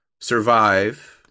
survive